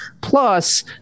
plus